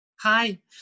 Hi